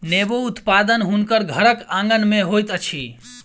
नेबो उत्पादन हुनकर घरक आँगन में होइत अछि